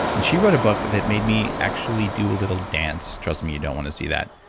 and she wrote a book that made me actually do a little dance. trust me, you don't want to see that.